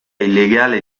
illegale